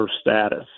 status